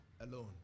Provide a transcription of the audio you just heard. alone